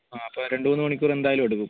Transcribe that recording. ആ അപ്പോൾ രണ്ട് മൂന്ന് മണിക്കൂർ എന്തായാലും എടുക്കും